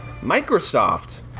Microsoft